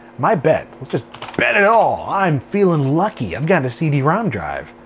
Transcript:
my bet. let's just bet it all. i'm feeling lucky. i've got a cd-rom drive.